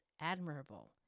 admirable